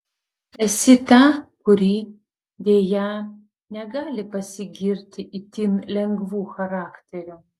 esi ta kuri deja negali pasigirti itin lengvu charakteriu